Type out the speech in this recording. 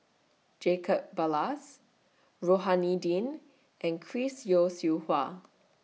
Jacob Ballas Rohani Din and Chris Yeo Siew Hua